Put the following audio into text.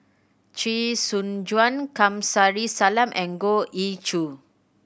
Chee Soon Juan Kamsari Salam and Goh Ee Choo